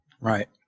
right